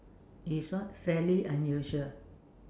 is what fairly unusual